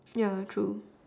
yeah true